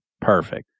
perfect